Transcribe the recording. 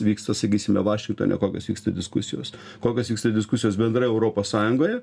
vyksta sakysime vašingtone kokios vyksta diskusijos kokios vyksta diskusijos bendrai europos sąjungoje